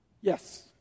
Yes